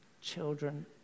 children